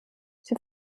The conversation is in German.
sie